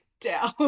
down